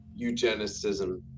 eugenicism